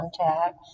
contact